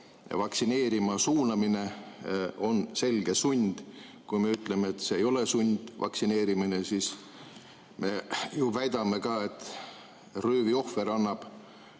vaktsineerima suunamine on selge sund. Kui me ütleme, et see ei ole sundvaktsineerimine, siis me ju väidame ka, et röövi ohver annab